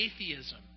atheism